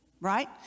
right